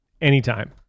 anytime